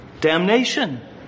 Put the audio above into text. Damnation